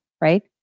right